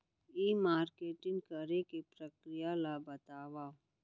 ई marketing करे के प्रक्रिया ला बतावव?